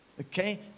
Okay